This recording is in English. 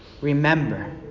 remember